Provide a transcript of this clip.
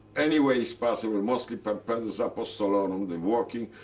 any way is possible, mostly papelles apostolorum the walking.